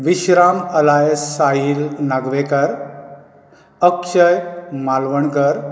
Vishram alias Sahil Nagvenkar Akshay Malvankar